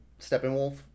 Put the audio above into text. Steppenwolf